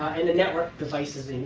and the network devices